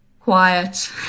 quiet